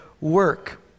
work